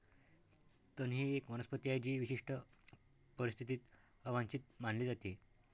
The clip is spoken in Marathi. तण ही एक वनस्पती आहे जी विशिष्ट परिस्थितीत अवांछित मानली जाते